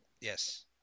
Yes